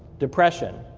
depression.